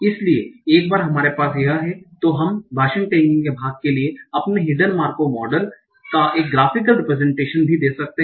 इसलिए एक बार हमारे पास यह है तो हम भाषण टैगिंग के भाग के लिए अपने हिड्न मार्कोव मॉडल का एक ग्राफ़िकल रिप्रेजेंटेशन भी दे सकते हैं